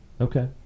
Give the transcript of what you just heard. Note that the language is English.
okay